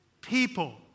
people